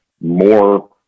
more